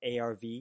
ARV